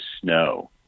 snow